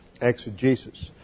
exegesis